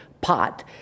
pot